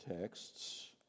texts